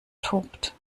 tobt